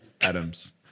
Adams